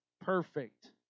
perfect